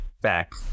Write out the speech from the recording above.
back